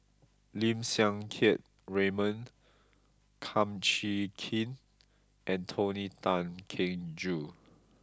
Lim Siang Keat Raymond Kum Chee Kin and Tony Tan Keng Joo